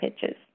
Pitches